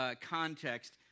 context